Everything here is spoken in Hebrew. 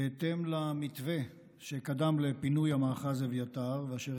בהתאם למתווה שקדם לפינוי המאחז אביתר ואשר